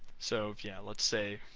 so, yeah, let's say,